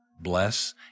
bless